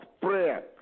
prayer